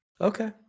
Okay